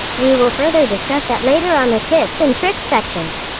we will further discuss that later on the tips and tricks section.